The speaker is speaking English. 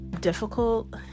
difficult